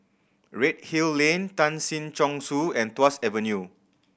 Redhill Lane Tan Si Chong Su and Tuas Avenue